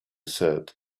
said